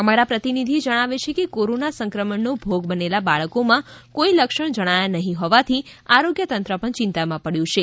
અમારા પ્રતિનિધિ જણાવે છે કે કોરોના સંક્રમણનો ભોગ બનેલા બાળકોમાં કોઈ લક્ષણ જણાયા નહીં હોવાથી આરોગ્ય તંત્ર પણ ચિંતામાં પડ્યું છે